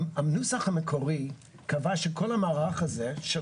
הנוסח המקורי קבע שכל המערך הזה של